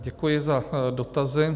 Děkuji za dotazy.